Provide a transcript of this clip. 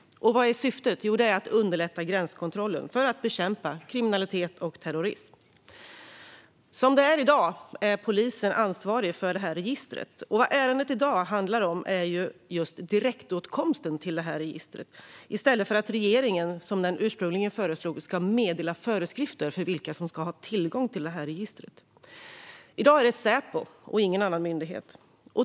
Vad är syftet? Jo, det är att underlätta gränskontrollen för att bekämpa kriminalitet och terrorism. Som det är i dag är polisen ansvarig för det här registret. Ärendet handlar just om direktåtkomst till registret i stället för att regeringen, som den ursprungligen föreslog, ska meddela föreskrifter för vilka som ska ha tillgång till registret - i dag är det Säpo och ingen annan myndighet.